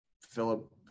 Philip